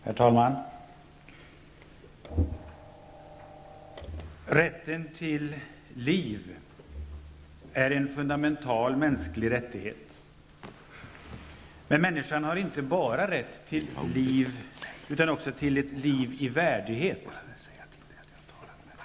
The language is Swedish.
Herr talman! Rätten till liv är en fundamental mänsklig rättighet. Men människan har inte bara rätt till liv, utan också till ett liv i värdighet.